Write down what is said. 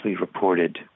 reported